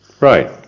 Right